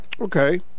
Okay